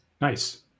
Nice